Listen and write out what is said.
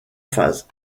phases